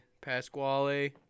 Pasquale